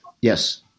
Yes